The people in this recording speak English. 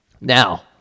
Now